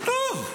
כתוב.